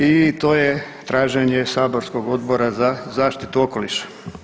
I to je traženje saborskog Odbora za zaštitu okoliša.